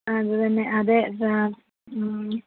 ആ അതുതന്നെ അതെ ആ